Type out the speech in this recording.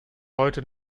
heute